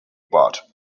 pot